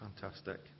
fantastic